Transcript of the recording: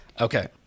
Okay